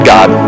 God